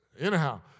anyhow